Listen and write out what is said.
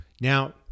Now